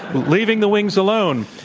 leaving the wings alone,